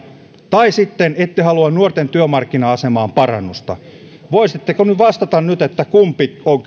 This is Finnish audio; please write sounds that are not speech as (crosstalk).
tai sitten ette halua nuorten työmarkkina asemaan parannusta voisittekin vastata nyt kumpi on (unintelligible)